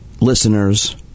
listeners